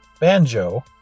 Banjo